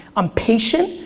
i'm patient,